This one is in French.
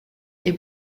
est